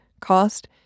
cost